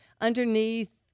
underneath